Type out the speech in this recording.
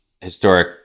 historic